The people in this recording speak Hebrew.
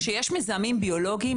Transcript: כשיש מזהמים ביולוגיים,